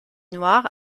noir